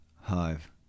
hive